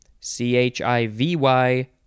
chivy